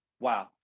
Wow